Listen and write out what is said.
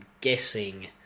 guessing